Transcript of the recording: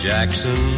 Jackson